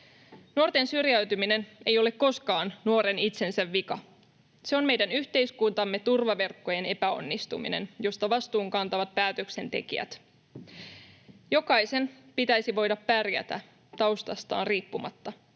Nuorten syrjäytyminen ei ole koskaan nuoren itsensä vika. Se on meidän yhteiskuntamme turvaverkkojen epäonnistuminen, josta vastuun kantavat päätöksentekijät. Jokaisen pitäisi voida pärjätä taustastaan riippumatta.